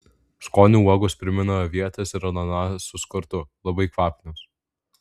skoniu uogos primena avietes ir ananasus kartu labai kvapnios